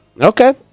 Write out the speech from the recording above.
Okay